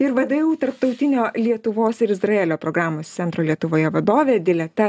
ir vdu tarptautinio lietuvos ir izraelio programos centro lietuvoje vadovė dileta